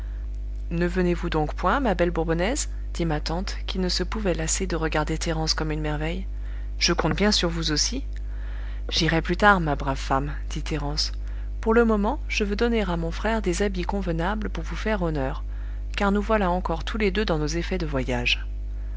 ne venez-vous donc point ma belle bourbonnaise dit ma tante qui ne se pouvait lasser de regarder thérence comme une merveille je compte bien sur vous aussi j'irai plus tard ma brave femme dit thérence pour le moment je veux donner à mon frère des habits convenables pour vous faire honneur car nous voilà encore tous les deux dans nos effets de voyage